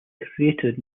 created